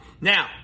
Now